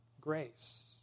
grace